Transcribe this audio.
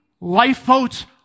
lifeboats